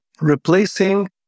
replacing